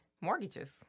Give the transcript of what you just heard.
mortgages